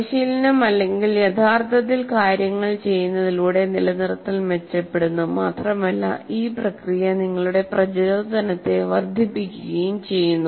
പരിശീലനം അല്ലെങ്കിൽ യഥാർത്ഥത്തിൽ കാര്യങ്ങൾ ചെയ്യുന്നതിലൂടെ നിലനിർത്തൽ മെച്ചപ്പെടുന്നു മാത്രമല്ല ഈ പ്രക്രിയ നിങ്ങളുടെ പ്രചോദനത്തെ വർദ്ധിപ്പിക്കുകയും ചെയ്യുന്നു